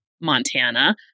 Montana